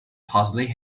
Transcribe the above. parsley